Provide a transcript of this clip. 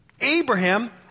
Abraham